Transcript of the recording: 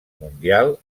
mundial